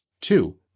Two